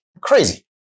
Crazy